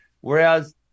Whereas